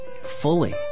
fully